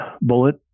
bullet